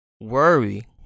worry